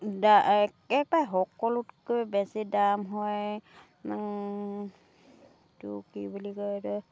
সকলোতকৈ বেছি দাম হয় এইটো কি বুলি কয় এইটো